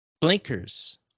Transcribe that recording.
Blinkers